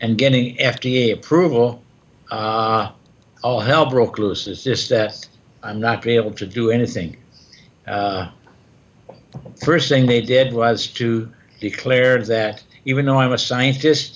and getting f d a approval all hell broke loose it's just that i'm not be able to do anything first thing they did was to declare that even though i'm a scientist